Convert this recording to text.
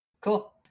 Cool